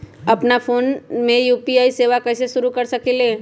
अपना फ़ोन मे यू.पी.आई सेवा कईसे शुरू कर सकीले?